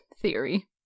theory